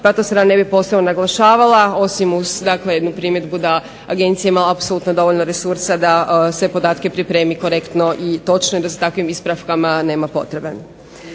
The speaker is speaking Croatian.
pa to sada ne bih posebno naglašavala, osim uz jednu primjedbu da je agencija imala apsolutno dovoljno resursa da sve podatke pripremi korektno i točno i da takvim ispravkama nema potrebe.